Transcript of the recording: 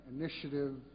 Initiative